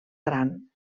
gran